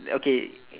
okay